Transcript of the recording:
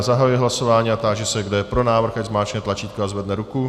Zahajuji hlasování a táži se, kdo je pro návrh, ať zmáčkne tlačítko a zvedne ruku.